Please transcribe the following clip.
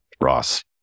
Ross